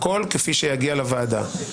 הכול כפי שיגיע לוועדה.